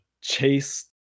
chase